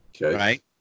right